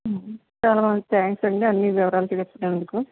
చాలా థ్యాంక్స్ అండి అన్నీ వివరలు తెలిసినందుకు